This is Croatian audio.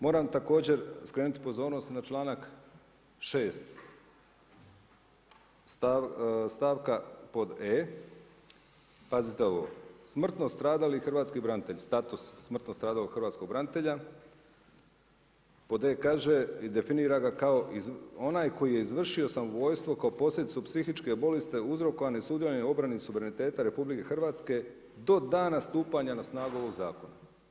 Moram također skrenuti pozornost i na čl.6 stavka pod E. Pazite ovo, smrtno stradali hrvatski branitelji, status, smrtno stradalog hrvatskog branitelja, pod E kaže i definira ga kao onaj koji je izvršio samoubojstvo kao posljedicu psihičke bolesti uzrokovane sudjelovanje obrani i suvereniteta RH do dana stupanja na snagu ovog zakona.